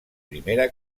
primera